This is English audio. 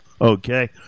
Okay